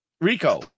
Rico